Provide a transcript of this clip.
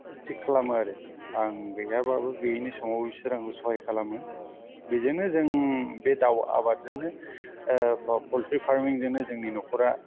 थिग खालामो आरो आं गैयाबाबो गैयिनि समाव बिसोरो आंखौ सहाय खालामो बेजोंनो जों बे दाव आबादजोंनो पउल्ट्रि फार्मिंजोंनो जोंनि न'खरा